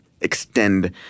extend